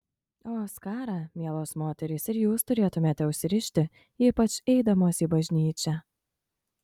o skarą mielos moterys ir jūs turėtumėte užsirišti ypač eidamos į bažnyčią